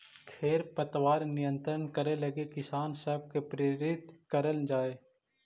खेर पतवार नियंत्रण करे लगी किसान सब के प्रेरित करल जाए